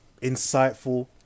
Insightful